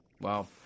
Wow